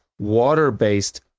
water-based